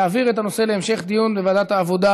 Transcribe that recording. הנושא להמשך דיון בוועדת העבודה,